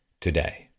today